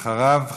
אחריו,